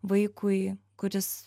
vaikui kuris